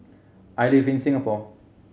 I live in Singapore